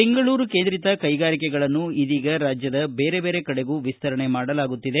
ಬೆಂಗಳೂರು ಕೇಂದ್ರಿತ ಕೈಗಾರಿಕೆಗಳನ್ನು ಇದೀಗ ರಾಜ್ಯದ ಬೇರೆ ಬೇರೆ ಕಡೆಗೂ ವಿಸ್ತರಣೆ ಮಾಡಲಾಗುತ್ತಿದೆ